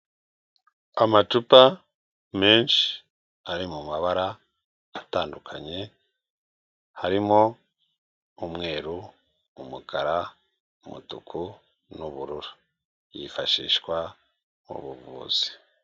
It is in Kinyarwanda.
Amacupa menshi ari mu mabara atandukanye harimo umweru, umukara, umutuku n'ubururu yifashishwa mu buvuzi.